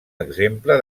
exemple